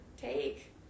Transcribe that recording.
take